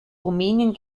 rumänien